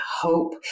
hope